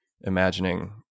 imagining